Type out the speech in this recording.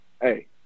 hey